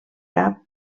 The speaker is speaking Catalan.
cap